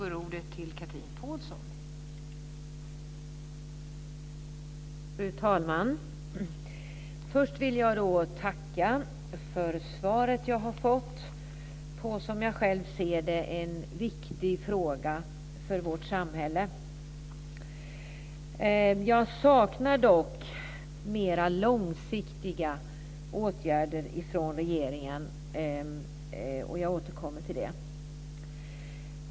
Fru talman! Först vill jag tacka för svaret jag har fått på en viktig fråga för vårt samhälle. Jag saknar dock mera långsiktiga åtgärder från regeringens sida, och jag återkommer till den frågan.